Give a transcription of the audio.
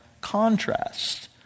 contrast